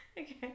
Okay